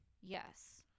Yes